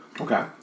Okay